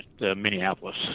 Minneapolis